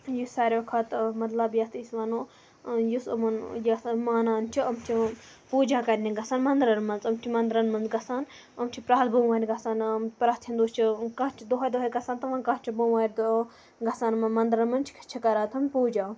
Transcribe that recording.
یُس ساروٕے کھۄتہٕ مطلب یَتھ أسۍ وَنو یُس یِمَن یَتھ مانان چھِ یِم چھِ پوجا کَرنہِ گَژھان مَندرَن مَنٛز یِم چھِ مَندرَن مَنٛز گَژھان یِم چھِ پرٮ۪تھ بوموارِ گَژھان پرٮ۪تھ ہِندو چھِ کانٛہہ چھِ دۄہاے دۄہاے گَژھان تہٕ وۄنۍ کانٛہہ چھُ بوموارِ گَژھان مَندرَن مَنٛز چھِ چھِ کَران تِم پوجا